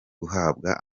guhabwa